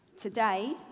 today